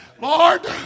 Lord